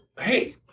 hey